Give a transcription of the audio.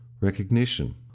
recognition